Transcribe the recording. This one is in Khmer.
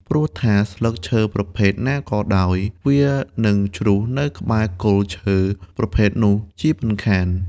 ព្រោះថាស្លឹកឈើប្រភេទណាក៏ដោយ វានិងជ្រុះនៅក្បែរគល់ឈើប្រភេទនោះជាមិនខាន។